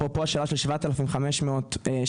אפרופו השאלה של 7,500 שקלים,